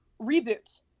reboot